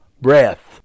breath